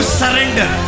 surrender